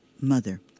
mother